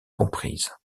comprise